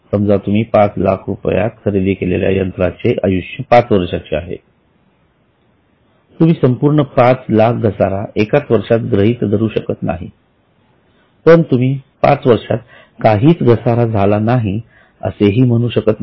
समजा तुम्ही पाच लाख रुपयांत खरेदी केलेल्या यंत्राचे आयुष्य पाच वर्षाचे आहे तुम्ही संपूर्ण पाच लाख घसारा एक वर्षात गृहीत धरू शकत नाही पण तुम्ही पाच वर्षात काहीच घसारा झाला नाही असेही म्हणू शकत नाही